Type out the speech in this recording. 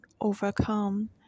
overcome